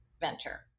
venture